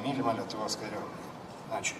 mylima lietuvos kariuomene ačiū